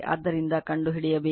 ಆದ್ದರಿಂದ ಕಂಡುಹಿಡಿಯಬೇಕು